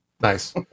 Nice